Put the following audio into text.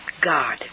God